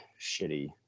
shitty